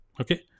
Okay